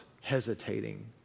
hesitating